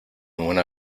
una